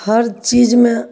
हर चीजमे